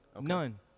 none